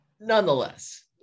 nonetheless